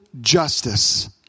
justice